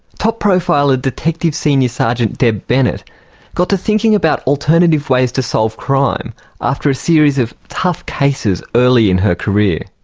top profiler detective senior sergeant deb bennett got to thinking about alternative ways to solve crime after a series of tough cases early in her career.